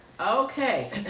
Okay